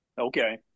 Okay